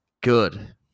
good